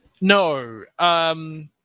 No